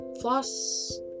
floss